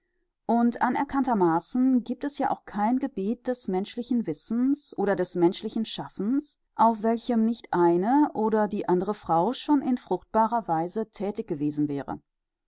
und anerkanntermaßen giebt es ja auch kein gebiet des menschlichen wissens oder des menschlichen schaffens auf welchem nicht eine oder die andere frau schon in fruchtbarer weise thätig gewesen wäre